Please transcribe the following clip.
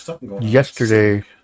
yesterday